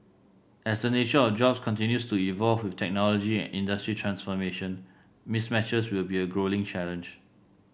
as the nature of jobs continues to evolve with technology and industry transformation mismatches will be a growing challenge